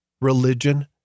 religion